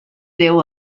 déu